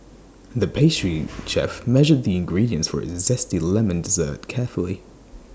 the pastry chef measured the ingredients for A Zesty Lemon Dessert carefully